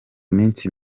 minsi